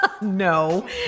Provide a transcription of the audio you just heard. no